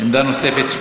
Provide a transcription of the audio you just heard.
עמדה נוספת.